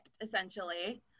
essentially